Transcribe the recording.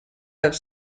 have